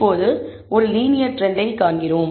இப்போது ஒரு linear trend ஐ காண்கிறோம்